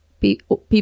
people